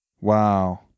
Wow